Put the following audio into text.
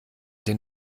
den